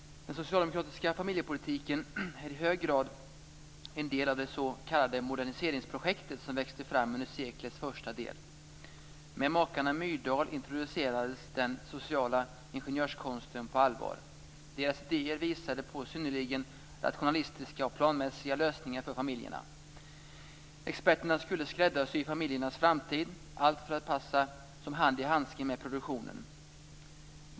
Den socialdemokratiska familjepolitiken är i hög grad en del av det s.k. moderniseringsprojekt som växte fram under seklets första del. Med makarna Myrdal introducerades den sociala ingenjörskonsten på allvar. Deras idéer visade på synnerligen rationalistiska och planmässiga lösningar för familjerna. Experter skulle skräddarsy familjernas framtid, allt för att passa som hand i handske i produktionen.